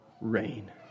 rain